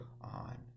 on